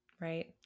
right